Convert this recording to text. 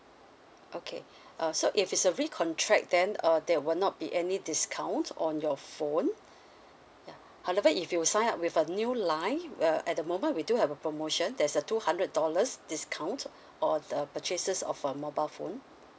okay uh so if it's a recontract then uh they will not be any discounts on your phone yeah however if you sign up with a new line uh at the moment we do have a promotion there's a two hundred dollars discount or the purchases of a mobile phone